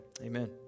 Amen